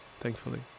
thankfully